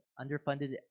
underfunded